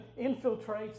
infiltrates